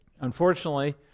Unfortunately